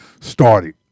started